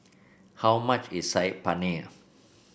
how much is Saag Paneer